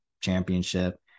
championship